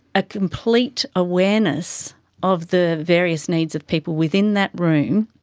a complete awareness of the various needs of people within that room,